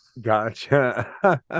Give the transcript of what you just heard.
Gotcha